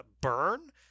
burn